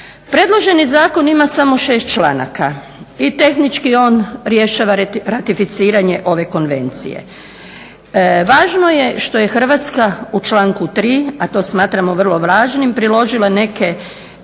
Predloženi zakon ima samo 6 članaka i tehnički on rješava ratificiranje ove konvencije. Važno je što je Hrvatska u članku 3., a to smatramo vrlo važnim, priložila neke